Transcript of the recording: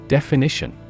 Definition